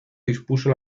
dispuso